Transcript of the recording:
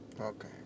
Okay